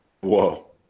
whoa